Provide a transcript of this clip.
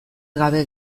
gabe